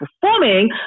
performing